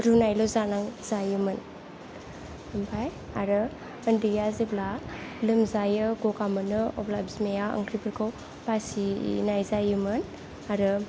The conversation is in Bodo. रुनायल' जानांगौ जायोमोन ओमफ्राय आरो उन्दैया जेब्ला लोमजायो गगा मोनो अब्ला बिमाया ओंख्रिफोरखौ बासिनाय जायोमोन आरो